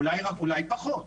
אולי פחות.